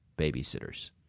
babysitters